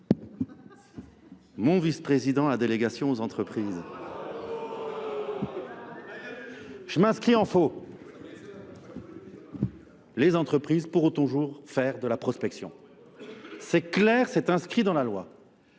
mon vice-président à la délégation aux entreprises, je m'inscris en faux. Les entreprises pourront toujours faire de la prospection. C'est clair, c'est inscrit dans la loi.